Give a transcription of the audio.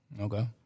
Okay